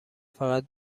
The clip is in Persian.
فقط